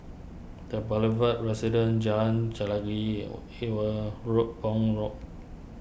the Boulevard Residence Jalan Chelagi Ewe Road on road